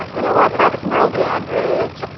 know what? that's merle dandridge.